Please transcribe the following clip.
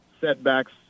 setbacks